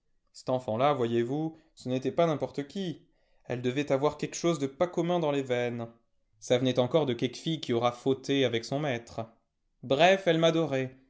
ctenfant ià voyez-vous ce n'était pas n'importe qui elle devait avoir quéqu'chose de pas commun dans les veines ça venait encore de quéqu'fille qui aura fauté avec son maître bref elle m'adorait